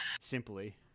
simply